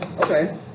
Okay